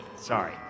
sorry